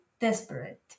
desperate